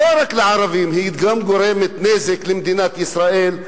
לא רק לערבים, היא גם גורמת נזק למדינת ישראל.